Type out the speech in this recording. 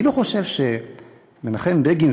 אני לא חושב שמנחם בגין,